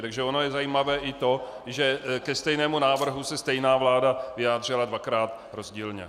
Takže je zajímavé i to, že ke stejnému návrhu se stejná vláda vyjádřila dvakrát rozdílně.